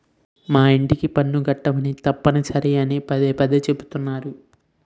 మా యింటికి పన్ను కట్టమని తప్పనిసరి అని పదే పదే చెబుతున్నారు